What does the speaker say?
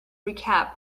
recap